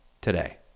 today